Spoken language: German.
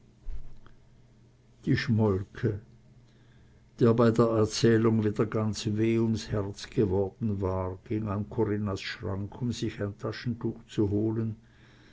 die schmolke der bei der erzählung wieder ganz weh ums herz geworden war ging an corinnas schrank um sich ein taschentuch zu holen